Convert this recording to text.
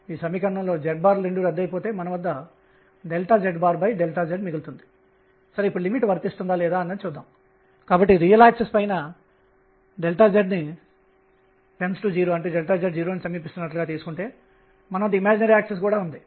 అత్యధిక angular momentum ని కలిగి ఉంటే అప్పుడు కక్ష్య తక్కువ ఎలిప్టికల్ గా దీర్ఘవృత్తాకారం ఉంటుంది